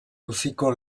auziko